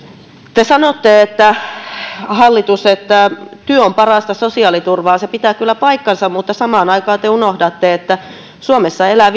te sanotte hallitus että työ on parasta sosiaaliturvaa se pitää kyllä paikkansa mutta samaan aikaan te unohdatte että suomessa elää